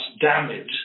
damage